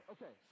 Okay